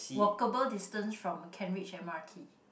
walkable distance from Kent-Ridge m_r_t